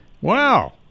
Wow